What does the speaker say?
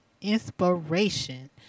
inspiration